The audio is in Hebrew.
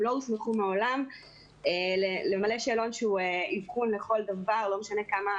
הם לא הוסמכו מעולם למלא שאלון שהוא אבחון לכל דבר ולא משנה כמה